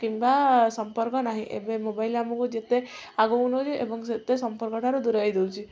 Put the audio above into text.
କିମ୍ବା ସମ୍ପର୍କ ନାହିଁ ଏବେ ମୋବାଇଲ୍ ଆମକୁ ଯେତେ ଆଗକୁ ନେଉଛି ଏବଂ ସେତେ ସମ୍ପର୍କ ଠାରୁ ଦୂରେଇ ଦେଉଛି